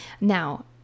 Now